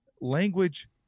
Language